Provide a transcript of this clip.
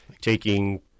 taking